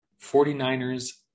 49ers